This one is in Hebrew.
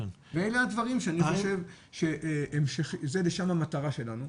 אלה הדברים ולשם המטרה שלנו.